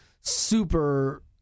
super